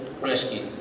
rescue